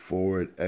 Forward